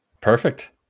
perfect